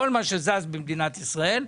כל מה שזז במדינת ישראל.